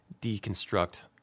deconstruct